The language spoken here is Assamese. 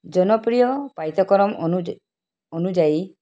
জনপ্ৰিয় পাঠ্যক্ৰম অনুযা অনুযায়ী